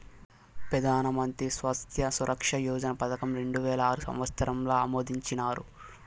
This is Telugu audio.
పెదానమంత్రి స్వాస్త్య సురక్ష యోజన పదకం రెండువేల ఆరు సంవత్సరంల ఆమోదించినారు